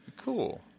Cool